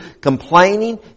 complaining